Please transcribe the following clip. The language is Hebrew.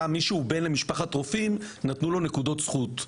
שלבן למשפחת רופאים נתנו לו נקודות זכות,